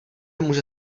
může